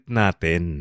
natin